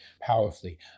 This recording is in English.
powerfully